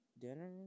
dinner